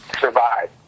survive